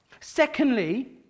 Secondly